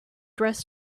dress